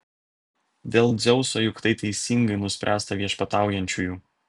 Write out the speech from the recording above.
dėl dzeuso juk tai teisingai nuspręsta viešpataujančiųjų